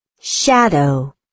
shadow